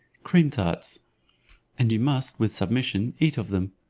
cream-tarts and you must, with submission, eat of them.